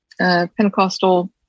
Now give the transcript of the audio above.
Pentecostal